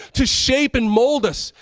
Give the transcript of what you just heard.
to shape and mold us.